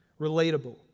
relatable